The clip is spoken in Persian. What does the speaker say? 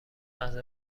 غذا